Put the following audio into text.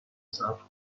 صبر